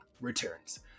returns